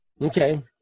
Okay